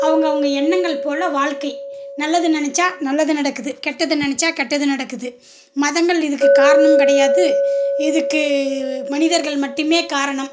அவுங்கவங்க எண்ணங்கள் போல் வாழ்க்கை நல்லது நினச்சா நல்லது நடக்குது கெட்டது நினச்சா கெட்டது நடக்குது மதங்கள் இதுக்கு காரணம் கிடையாது இதுக்கு மனிதர்கள் மட்டுமே காரணம்